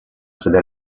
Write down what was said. sede